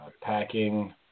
packing